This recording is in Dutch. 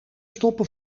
stoppen